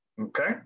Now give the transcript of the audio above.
Okay